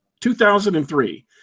2003